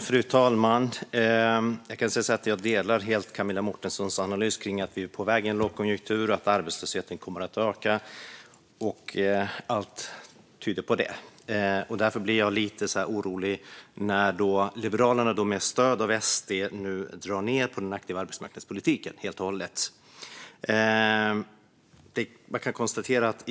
Fru talman! Jag delar helt Camilla Mårtensens analys att vi är på väg in i en lågkonjunktur och att arbetslösheten kommer att öka. Allt tyder på det. Därför blir jag lite orolig när Liberalerna med stöd av SD nu drar ned den aktiva arbetsmarknadspolitiken helt och hållet.